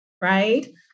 Right